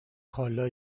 حالا